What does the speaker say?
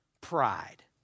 Pride